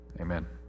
Amen